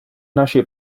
нашей